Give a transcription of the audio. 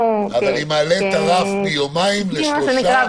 אנחנו --- אני מעלה את הרף מיומיים לשלושה,